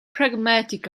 pragmatic